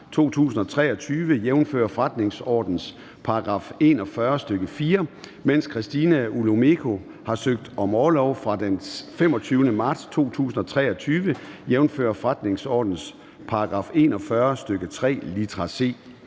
2023, jf. forretningsordenens § 41, stk. 4, mens Christina Olumeko (ALT) har søgt om orlov fra den 25. marts 2023, jf. forretningsordenens § 41, stk. 3, litra c.